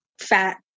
fat